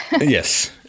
Yes